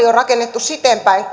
on rakennettu sitenpäin